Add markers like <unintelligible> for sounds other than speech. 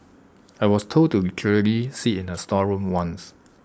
I was told to <unintelligible> sit in A storeroom once